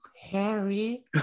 Harry